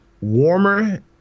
warmer